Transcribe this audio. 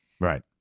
Right